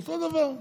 אותו דבר,